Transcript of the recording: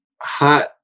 hot